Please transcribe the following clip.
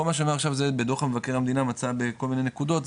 כל מה שאני אומר עכשיו זה בדו"ח מבקר המדינה מצא בכל מיני נקודות,